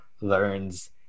learns